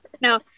No